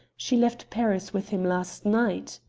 she left paris with him last night.